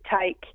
take